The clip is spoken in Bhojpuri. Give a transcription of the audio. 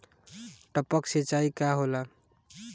टपक सिंचाई का होला?